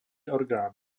orgán